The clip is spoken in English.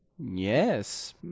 yes